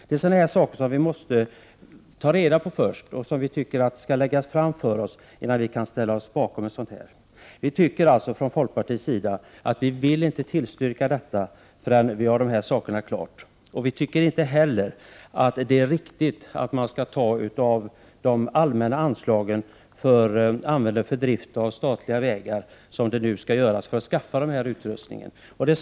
Det är sådana här saker som vi måste ta reda på först och som vi tycker skall läggas fram för oss innan vi kan ställa oss bakom förslaget. Vi från folkpartiet vill alltså inte tillstyrka förslaget, förrän vi har fått de saker jag här nämnde klargjorda. Vi tycker inte heller att det är riktigt att använda de allmänna anslagen för drift av statliga vägar för att skaffa utrustning för hastighetsövervakning, som nu föreslås.